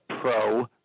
pro-